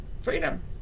freedom